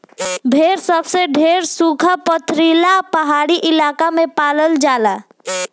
भेड़ सबसे ढेर सुखा, पथरीला आ पहाड़ी इलाका में पालल जाला